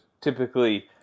typically